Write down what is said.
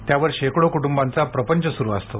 त्यावर शेकडो कुटुंबांचा प्रपंच सुरू असतो